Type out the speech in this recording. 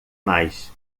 mais